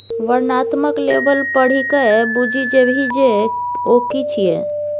वर्णनात्मक लेबल पढ़िकए बुझि जेबही जे ओ कि छियै?